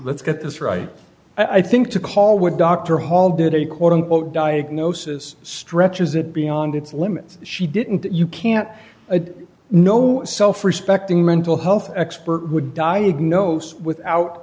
let's get this right i think to call with dr hall did a quote unquote diagnosis stretches it beyond its limits she didn't you can't no self respecting mental health expert would diagnose without